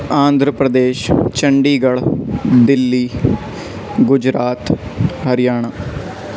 Andhra Pradesh Chandigarh Delhi Gujarat Haryana